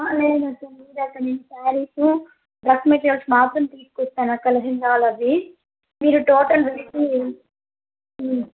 లేదక్కా మీ దగ్గరికి శారీసు డ్రస్ మెటీరియల్స్ మాత్రం తీసుకొస్తాను అక్కా అది మీరు టోటల్ రేట్